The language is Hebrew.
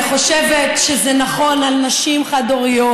אני חושבת שזה נכון לנשים חד-הוריות,